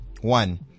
One